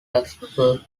luxembourg